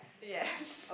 yes